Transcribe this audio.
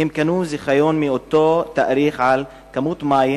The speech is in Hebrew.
והם קנו זיכיון מאותו תאריך על כמות מים